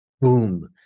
Boom